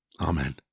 Amen